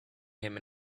him